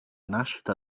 nascita